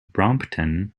brompton